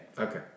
Okay